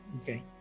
Okay